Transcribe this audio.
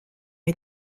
une